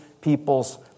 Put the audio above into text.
people's